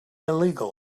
illegal